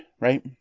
right